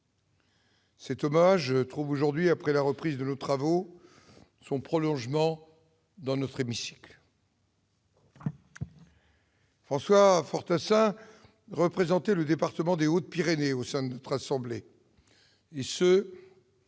Cet hommage trouve aujourd'hui, après la reprise de nos travaux en séance publique, son prolongement dans notre hémicycle. François Fortassin représentait le département des Hautes-Pyrénées au sein de notre assemblée depuis